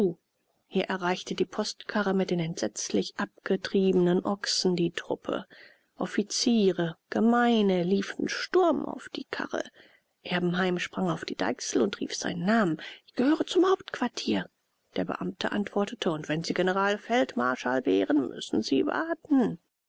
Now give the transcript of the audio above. hier erreichte die postkarre mit den entsetzlich abgetriebenen ochsen die truppe offiziere gemeine liefen sturm auf die karre erbenheim sprang auf die deichsel und rief seinen namen ich gehöre zum hauptquartier der beamte antwortete und wenn sie generalfeldmarschall wären müssen sie warten